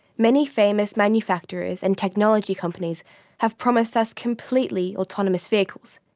many famous manufacturers and technology companies have promised us completely autonomous vehicles.